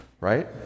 Right